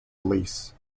release